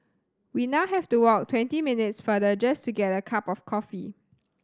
we now have to walk twenty minutes farther just to get a cup of coffee